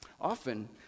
Often